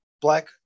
black